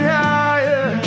higher